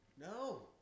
No